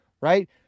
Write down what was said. right